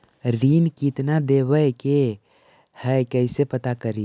ऋण कितना देवे के है कैसे पता करी?